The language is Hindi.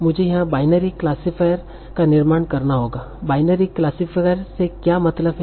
मुझे यहाँ बाइनरी क्लासिफायर का निर्माण करना होगा बाइनरी क्लासिफायर से क्या मतलब है